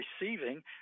receiving